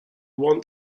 want